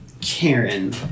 Karen